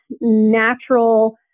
natural